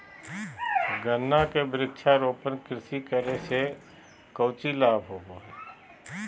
गन्ना के वृक्षारोपण कृषि करे से कौची लाभ होबो हइ?